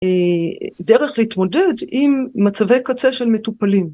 אה.. דרך להתמודד עם מצבי קצה של מטופלים.